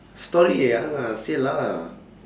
storey eh ya lah say lah